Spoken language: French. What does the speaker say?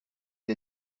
les